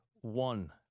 one